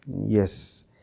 yes